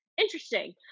Interesting